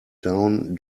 down